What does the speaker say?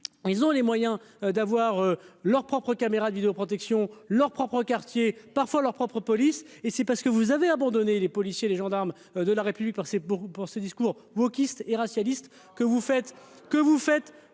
Ils ont les moyens d'avoir leurs propres caméras de vidéoprotection leurs propres quartiers parfois leurs propres police et c'est parce que vous avez abandonné les policiers, les gendarmes de la République par c'est beaucoup pour ce discours vous kyste et racialistes. Que vous faites